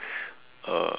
uh